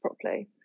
properly